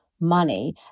money